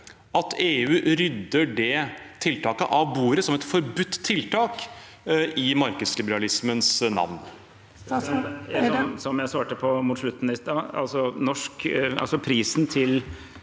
at EU rydder det tiltaket av bordet som et forbudt tiltak i markedsliberalismens navn?